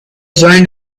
joined